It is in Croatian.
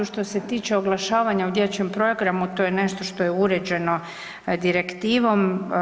Što se tiče oglašavanja u dječjem programu to je nešto što je uređeno direktivom.